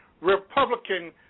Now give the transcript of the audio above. Republican